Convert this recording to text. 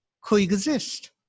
coexist